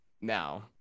now